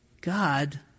God